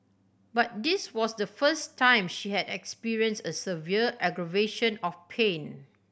but this was the first time she had experience a severe aggravation of pain